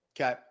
Okay